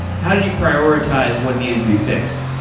how did you prioritize what needed to be fixed?